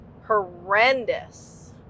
horrendous